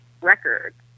records